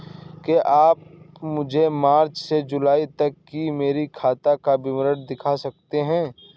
क्या आप मुझे मार्च से जूलाई तक की मेरे खाता का विवरण दिखा सकते हैं?